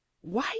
Why